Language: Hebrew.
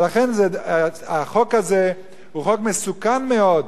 ולכן החוק הזה הוא חוק מסוכן מאוד.